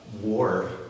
War